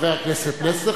חבר הכנסת פלסנר,